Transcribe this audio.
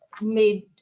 made